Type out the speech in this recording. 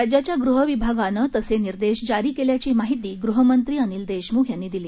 राज्याच्या गृहविभागानं तसे निर्देश जारी केल्याची माहिती गृहमंत्री अनिल देशमुख यांनी दिली